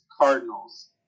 Cardinals